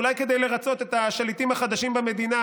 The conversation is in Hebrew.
אולי כדי לרצות את השליטים החדשים במדינה,